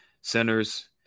centers